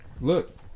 Look